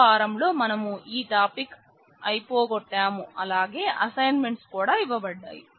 ఈ వారం లో మనం ఈ టాపిక్ అయిపోగొట్టాం అలాగే అసైన్మెంట్స్ కూడా ఇవ్వబడ్డాయి